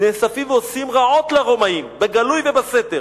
"נאספים ועושים רעות לרומאים, בגלוי ובסתר,